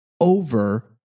Over